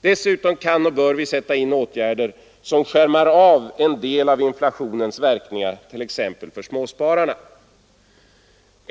Dessutom kan och bör vi sätta in åtgärder som skärmar av en del av inflationens verkningar, t.ex. för småspararna.